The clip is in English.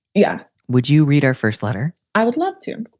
yeah. would you read our first letter? i would love to.